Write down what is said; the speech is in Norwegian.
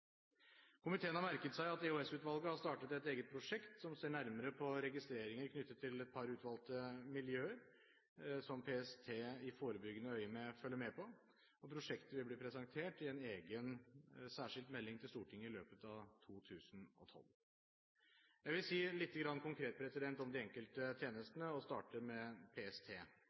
Komiteen har merket seg at EOS-utvalget har startet et eget prosjekt som ser nærmere på registreringer knyttet til et par utvalgte miljøer som PST i forebyggende øyemed følger med på, og prosjektet vil bli presentert i en særskilt melding til Stortinget i løpet av 2012. Jeg vil si litt konkret om de enkelte tjenestene, og starter med PST.